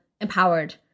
empowered